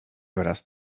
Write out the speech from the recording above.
wyraz